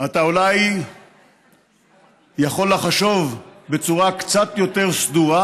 אתה אולי יכול לחשוב בצורה קצת יותר סדורה,